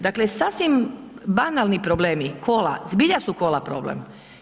Dakle, sasvim banalni problemi, kola, zbilja su kola problem.